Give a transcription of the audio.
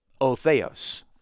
Otheos